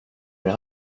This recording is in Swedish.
med